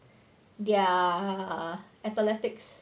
their athletics